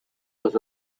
was